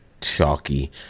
chalky